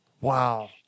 Wow